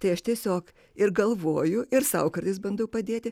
tai aš tiesiog ir galvoju ir sau kartais bandau padėti